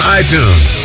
iTunes